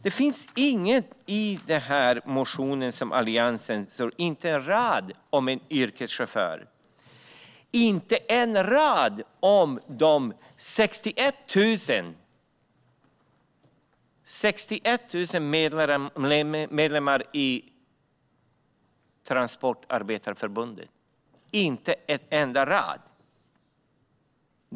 Det finns inte en rad i motionen från Alliansen om yrkeschaufförer, inte en enda rad om de 61 000 medlemmarna i Transportarbetareförbundet.